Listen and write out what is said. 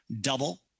double